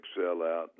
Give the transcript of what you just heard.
sellout